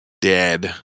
dead